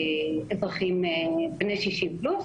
לאזרחים בני 60 פלוס